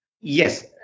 Yes